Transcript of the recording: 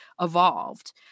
evolved